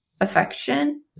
affection